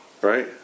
Right